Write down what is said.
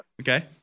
Okay